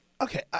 Okay